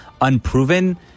unproven